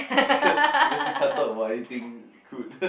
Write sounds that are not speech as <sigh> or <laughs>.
<laughs> because we can't talk about anything crude <laughs>